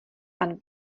pan